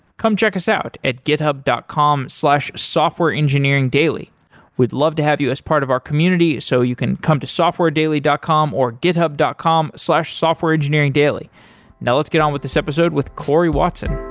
come check us out at github dot com slash softwareengineeringdaily. we'd love to have you as part of our community, so you can come to softwaredaily dot com or github dot com softwareengineeringdaily now let's get on with this episode with cory watson